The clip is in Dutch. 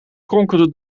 kronkelde